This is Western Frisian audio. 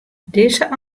dizze